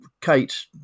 Kate